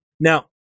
Now